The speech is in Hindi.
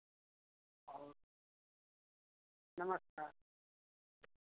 और नमस्कार